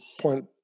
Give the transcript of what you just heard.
point